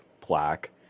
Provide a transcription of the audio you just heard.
plaque